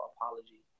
apology